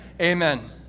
Amen